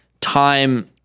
time